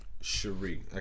Cherie